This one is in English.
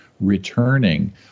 returning